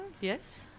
Yes